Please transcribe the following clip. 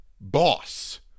boss